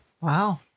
wow